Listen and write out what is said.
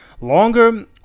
longer